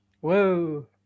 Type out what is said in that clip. whoa